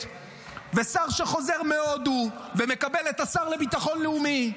ושר שחוזר מהודו ומקבל את השר לביטחון לאומי.